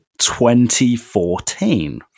2014